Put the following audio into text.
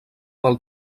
del